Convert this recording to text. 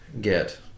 get